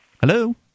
Hello